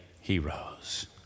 heroes